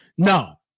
No